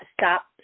stop